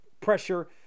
pressure